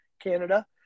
Canada